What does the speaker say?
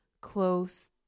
close